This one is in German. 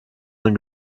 man